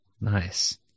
Nice